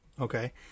Okay